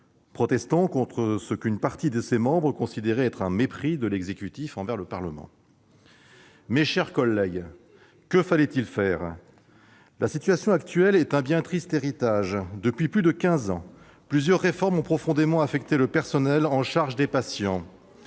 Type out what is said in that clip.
protestant contre ce qu'une partie de ses membres considérait être une marque de « mépris » de l'exécutif envers le Parlement. C'était du mépris ! Mes chers collègues, que fallait-il faire ? La situation actuelle est un bien triste héritage. Depuis plus de quinze ans, plusieurs réformes ont profondément affecté le personnel en charge des patients